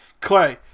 Clay